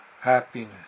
happiness